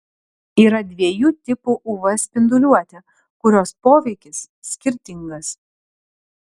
yra dviejų tipų uv spinduliuotė kurios poveikis skirtingas